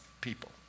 people